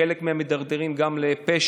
חלק מהם מידרדרים גם לפשע.